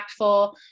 impactful